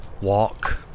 walk